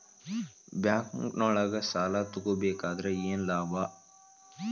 ಬ್ಯಾಂಕ್ನೊಳಗ್ ಸಾಲ ತಗೊಬೇಕಾದ್ರೆ ಏನ್ ಲಾಭ?